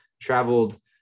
traveled